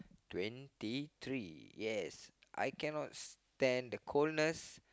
twenty three yes I cannot stand the coldness